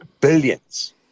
billions